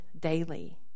daily